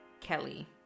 Kelly